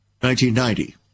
1990